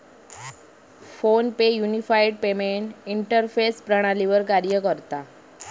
phone पे unified payment interface प्रणालीवर कार्य करता